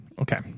Okay